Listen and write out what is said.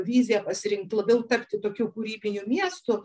viziją pasirinkti labiau tapti tokiu kūrybiniu miestu